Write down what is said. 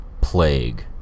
Plague